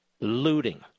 looting